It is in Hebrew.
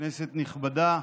כנסת נכבדה,